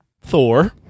Thor